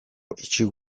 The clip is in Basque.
utzi